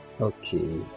Okay